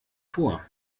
vor